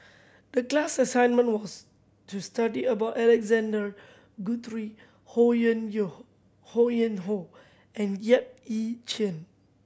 the class assignment was to study about Alexander Guthrie Ho Yuen Yo Ho Yuen Hoe and Yap Ee Chian